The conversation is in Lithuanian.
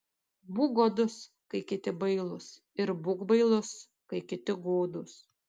būk godus kai kiti bailūs ir būk bailus kai kiti godūs